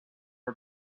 are